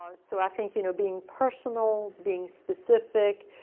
i so think you know being personal, being specific,